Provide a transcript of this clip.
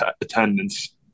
attendance